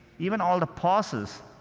even all the pauses,